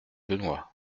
benoît